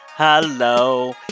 Hello